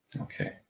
Okay